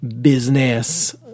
business